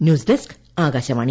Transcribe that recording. news desk Akashvani